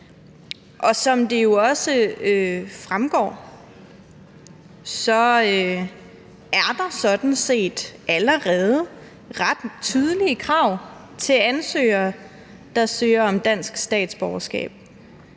Som det jo også fremgår, er der sådan set allerede ret tydelige krav til ansøgere, der søger om dansk statsborgerskab,